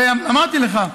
הרי אמרתי לך,